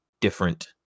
different